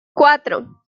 cuatro